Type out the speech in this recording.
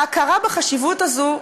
ההכרה בחשיבות הזו,